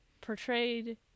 portrayed